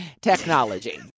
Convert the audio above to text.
technology